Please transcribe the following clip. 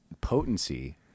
potency